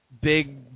big